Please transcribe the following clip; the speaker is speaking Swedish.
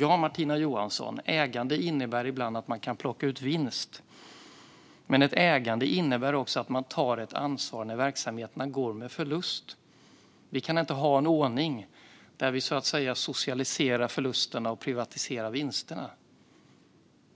Ja, Martina Johansson, ägande innebär att man ibland kan plocka ut vinst. Men ägande innebär också att man tar ansvar när verksamheten går med förlust. Vi kan inte ha en ordning där vi så att säga socialiserar förlusterna och privatiserar vinsterna.